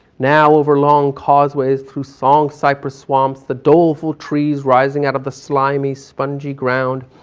now over long causeways through song cypress swamp, the doleful trees rising out of the slimy, spongy ground,